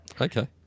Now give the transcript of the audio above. Okay